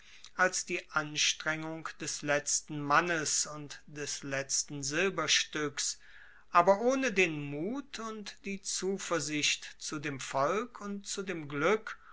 als die anstrengung des letzten mannes und des letzten silberstuecks aber ohne den mut und die zuversicht zu dem volk und zu dem glueck